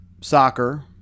soccer